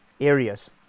areas